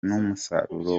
n’umusaruro